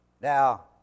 Now